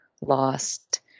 Lost